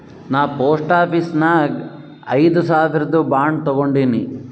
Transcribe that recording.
ನಾ post office ನಾಗ್ ಐಯ್ದ ಸಾವಿರ್ದು ಬಾಂಡ್ ತಗೊಂಡಿನಿ